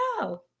No